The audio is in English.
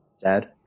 dad